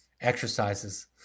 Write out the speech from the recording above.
exercises